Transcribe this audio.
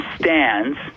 stands